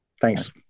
Thanks